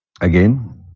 again